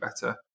better